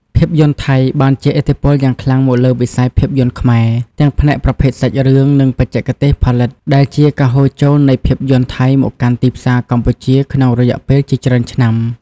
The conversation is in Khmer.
ភាពយន្តថៃបានជះឥទ្ធិពលយ៉ាងខ្លាំងមកលើវិស័យភាពយន្តខ្មែរ ទាំងផ្នែកប្រភេទសាច់រឿង និងបច្ចេកទេសផលិត ដែលជាការហូរចូលនៃភាពយន្តថៃមកកាន់ទីផ្សារកម្ពុជាក្នុងរយៈពេលជាច្រើនឆ្នាំ។